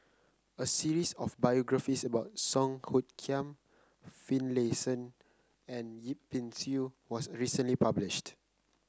a series of biographies about Song Hoot Kiam Finlayson and Yip Pin Xiu was recently published